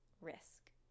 risk